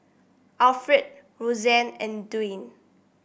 Alfred Roseanne and Dwan